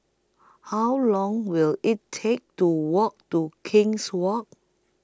How Long Will IT Take to Walk to King's Walk